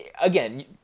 again